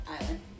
Island